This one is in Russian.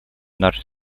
нашей